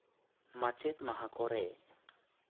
ᱢᱟᱪᱮᱫ ᱢᱟᱦᱟ ᱠᱚᱨᱮ